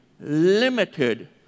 limited